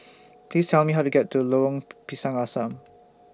Please Tell Me How to get to Lorong Pisang Asam